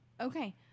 okay